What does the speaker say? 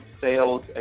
sales